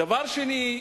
דבר שני,